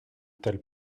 tel